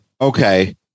Okay